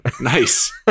Nice